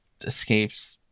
escapes